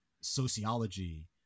sociology